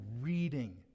reading